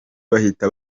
bahita